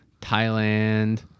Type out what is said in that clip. Thailand